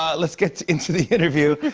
ah let's get into the interview.